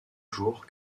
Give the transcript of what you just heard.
jour